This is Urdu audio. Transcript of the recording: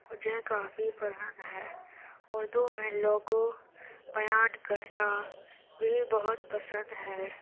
مجھے کافی پسند ہے اردو میں لوگوں بیان کرنا بھی بہت پسند ہے